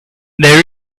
there